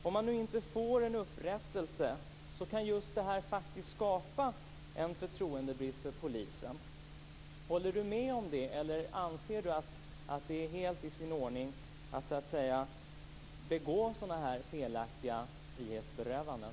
Om man inte får en upprättelse kan just detta faktiskt skapa en förtroendebrist för polisen. Håller Viviann Gerdin med om det, eller anser hon att det är helt i sin ordning att så att säga göra sådana felaktiga frihetsberövanden?